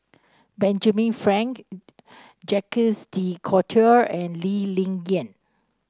Benjamin Frank Jacques De Coutre and Lee Ling Yen